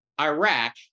Iraq